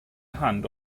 hand